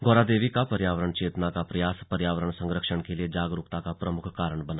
गौरा देवी का पर्यावरण चेतना का प्रयास पर्यावरण संरक्षण के लिए जागरूकता का प्रमुख कारणा बना